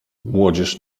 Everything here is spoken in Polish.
młodzież